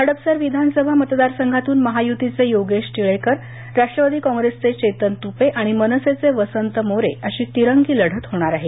हडपसर विधानसभा मतदारसंघातून महायुतीचे योगेश टिळेकर राष्ट्रवादी काँग्रेसचे चेतन तूपे आणि मनसेचे वसंत मोरे अशी तिरंगी लढत होणार आहे